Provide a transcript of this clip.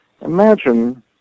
Imagine